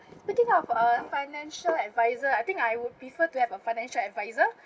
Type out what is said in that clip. but think of uh financial adviser I think I would prefer to have a financial adviser